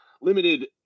limited –